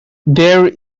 there